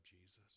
Jesus